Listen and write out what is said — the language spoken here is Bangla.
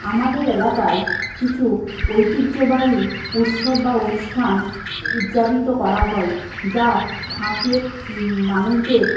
আমাদের এলাকায় কিছু ঐতিহ্যবাহী উৎসব বা অনুষ্ঠান উদযাপিত করা হয় যা ফাঁকে মানুষদের